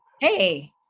Hey